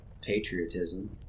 patriotism